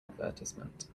advertisement